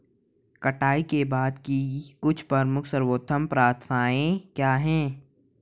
कटाई के बाद की कुछ प्रमुख सर्वोत्तम प्रथाएं क्या हैं?